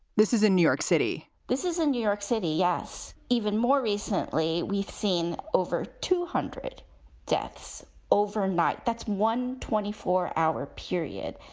this is a new york city. this is a new york city. yes. even more recently, we've seen over two hundred deaths over night. that's one twenty four hour period.